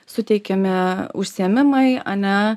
suteikiami užsiėmimai ane